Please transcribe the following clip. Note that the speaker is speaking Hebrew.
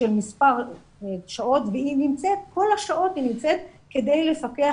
של מספר שעות והיא נמצאת כל השעות כדי לפקח